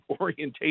orientation